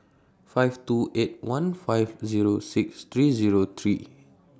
five two eight one five zerp six three Zero three